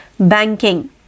banking